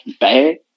bad